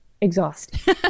Exhaust